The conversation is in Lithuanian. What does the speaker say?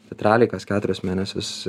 bet realiai kas keturis mėnesius